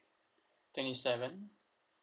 twenty seven